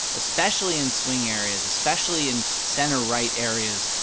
especially in swing areas, especially in center right areas,